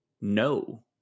no